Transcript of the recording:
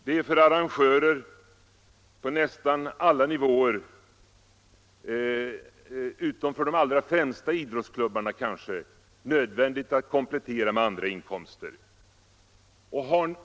Det är för arrangörer på nästan alla nivåer — utom kanske för de allra främsta idrottsklubbarna — nödvändigt att komplettera med andra inkomster.